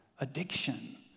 addiction